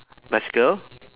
bicycle